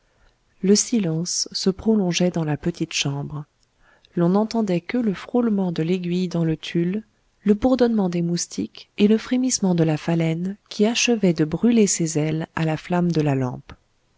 le silence se prolongeait dans la petite chambre l'on n'entendait que le frôlement de l'aiguille dans le tulle le bourdonnement des moustiques et le frémissement de la phalène qui achevait de brûler ses ailes à la flamme de la lampe